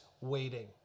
waiting